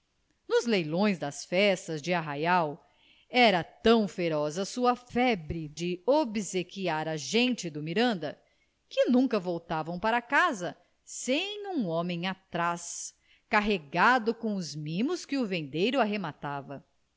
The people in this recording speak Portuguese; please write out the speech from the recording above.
nos leilões das festas de arraial era tão feroz a sua febre de obsequiar a gente do miranda que nunca voltava para casa sem um homem atrás carregado com os mimos que o vendeiro arrematava